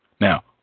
Now